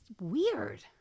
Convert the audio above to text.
weird